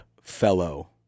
fellow